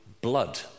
blood